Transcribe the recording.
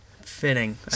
Fitting